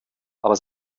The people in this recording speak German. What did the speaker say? aber